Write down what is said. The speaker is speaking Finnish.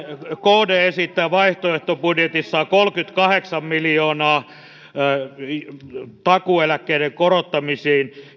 kd esittää vaihtoehtobudjetissaan kolmekymmentäkahdeksan miljoonaa takuueläkkeiden korottamiseen